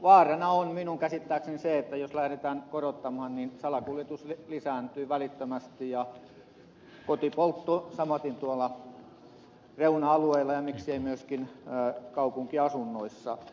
vaarana on minun käsittääkseni se että jos hintoja lähdetään korottamaan niin salakuljetus lisääntyy välittömästi ja kotipoltto samaten tuolla reuna alueilla ja miksei myöskin kaupunkiasunnoissa